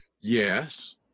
Yes